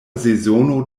sezono